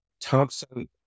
Thompson